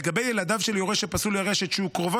לגבי ילדיו של יורש שפסול לרשת שהוא קרובו